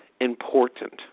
important